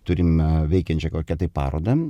turime veikiančią kokią tai parodą